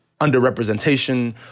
underrepresentation